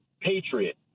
patriot